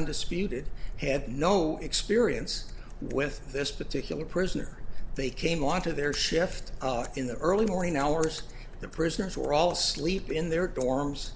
undisputed had no experience with this particular prisoner they came onto their shift in the early morning hours the prisoners were all asleep in their dorms